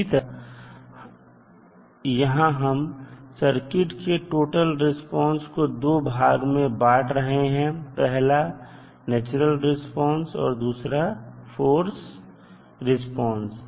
इसी तरह यहां हम सर्किट के टोटल रिस्पांस को दो भागों में बांट रहे हैं पहला नेचुरल रिस्पांस और दूसरा फोर्स रिस्पांस